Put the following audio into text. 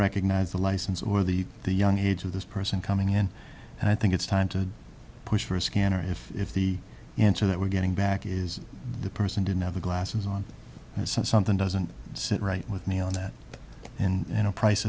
recognize the license or the the young age of this person coming in and i think it's time to push for a scanner if if the answer that we're getting back is the person didn't have the glasses on and said something doesn't sit right with me on that